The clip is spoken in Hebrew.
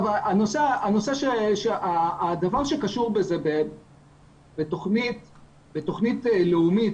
הדבר שקשור בתוכנית לאומית,